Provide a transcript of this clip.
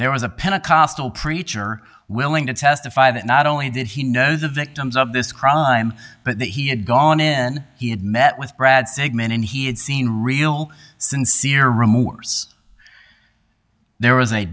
there was a pentecostal preacher willing to testify that not only did he know the victims of this crime but that he had gone in he had met with brad segment and he had seen real sincere remorse there was a